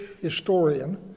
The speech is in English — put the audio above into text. historian